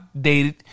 dated